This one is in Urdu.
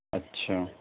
اچھا